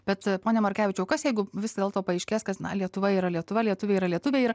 bet pone merkevičiau kas jeigu vis dėlto paaiškės kas na lietuva yra lietuva lietuviai yra lietuviai ir